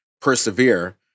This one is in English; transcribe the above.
persevere